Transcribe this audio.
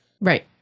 Right